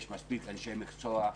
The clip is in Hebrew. יש מספיק אנשי מקצוע,